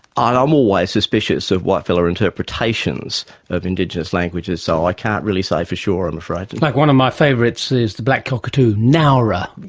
um always suspicious of white fella interpretations of indigenous languages, so i can't really say for sure i'm afraid. like one of my favourites is the black cockatoo, nowra.